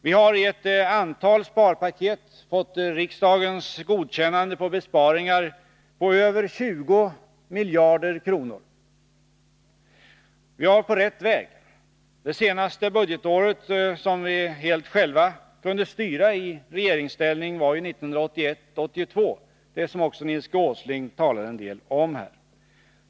Vi har i ett antal sparpaket fått riksdagens godkännande av besparingar på över 20 miljarder kronor. Vi var på rätt väg. Det senaste budgetåret som vi helt själva kunde styra i regeringsställning var 1981/82, det som också Nils G. Åsling talade en del om.